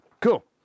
Cool